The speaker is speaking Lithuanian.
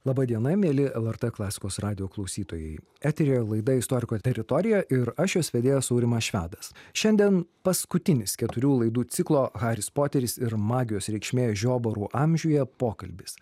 laba diena mieli lrt klasikos radijo klausytojai eteryje laida istoriko teritorija ir aš jos vedėjas aurimas švedas šiandien paskutinis keturių laidų ciklo haris poteris ir magijos reikšmė žiobarų amžiuje pokalbis